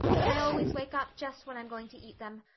but i always wake up just when i'm going to eat them.